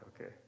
Okay